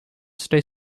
stay